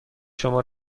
شما